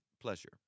pleasure